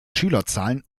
schülerzahlen